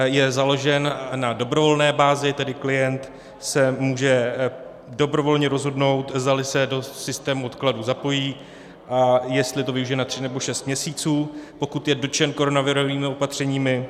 Je založen na dobrovolné bázi, tedy klient se může dobrovolně rozhodnout, zdali se do systému odkladu zapojí a jestli to využije na 3 nebo 6 měsíců, pokud je dotčen koronavirovými opatřeními.